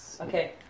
Okay